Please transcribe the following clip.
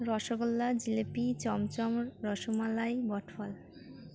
রসগোল্লা জিলেপি চমচম রসমলাই বটফল